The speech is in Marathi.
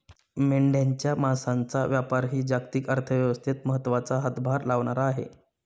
मेंढ्यांच्या मांसाचा व्यापारही जागतिक अर्थव्यवस्थेत महत्त्वाचा हातभार लावणारा आहे